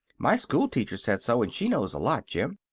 my school-teacher said so and she knows a lot, jim.